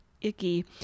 icky